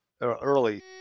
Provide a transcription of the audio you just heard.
early